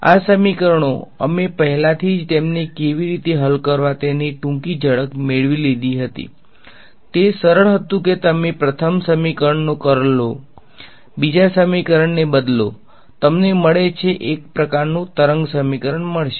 આ સમીકરણો અમે પહેલાથી જ તેમને કેવી રીતે હલ કરવી તેની ટૂંકી ઝલક મેળવી હતી તે સરળ હતું કે તમે પ્રથમ સમીકરણનો કર્લ લો બીજા સમીકરણને બદલો તમને મળે છે તમને એક પ્રકારનું તરંગ સમીકરણ મળશે